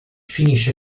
finisce